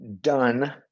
Done